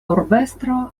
urbestro